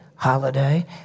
Holiday